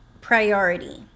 priority